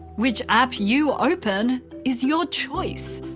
which app you open is your choice.